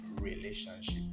relationship